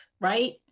right